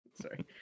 Sorry